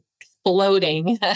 exploding